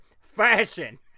fashion